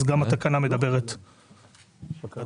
גם התקנה מדברת בהתאמה.